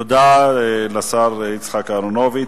תודה לשר יצחק אהרונוביץ.